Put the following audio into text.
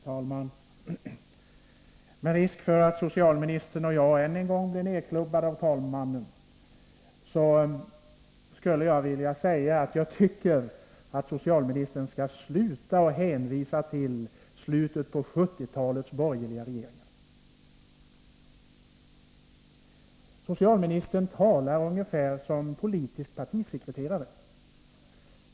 Fru talman! Med risk för att socialministern och jag än en gång blir nedklubbade av talmannen skulle jag vilja säga att jag tycker att socialministern skall sluta hänvisa till de borgerliga regeringarna i slutet av 1970-talet. Socialministern talar ungefär som en politisk partisekreterare.